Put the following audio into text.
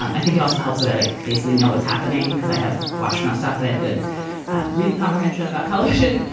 um i think it also helps that i like basically know what's happening because i have watched enough stuff that have good reading comprehension about television.